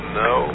no